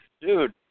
dude